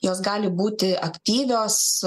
jos gali būti aktyvios